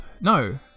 No